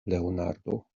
leonardo